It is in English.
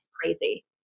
crazy